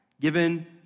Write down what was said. given